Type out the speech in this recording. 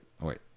wait